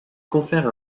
confère